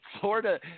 Florida